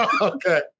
Okay